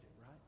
right